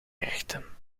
gerechten